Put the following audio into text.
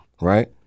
right